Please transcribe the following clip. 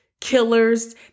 killers